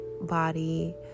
body